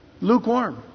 Lukewarm